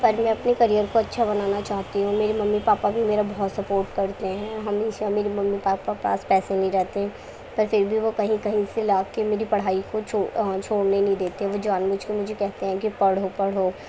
پر میں اپنی کیریر کو اچھا بنانا چاہتی ہوں میرے ممی پاپا بھی میرا بہت سپوٹ کرتے ہیں ہمیشہ میرے ممی پاپا پاس پیسے نہیں رہتے پر پھر بھی وہ کہیں کہیں سے لا کے میری پڑھائی کو چھوڑنے نہیں دیتے وہ جان بوجھ کے مجھے کہتے ہیں کہ پڑھو پڑھو